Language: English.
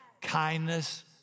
Kindness